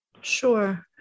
Sure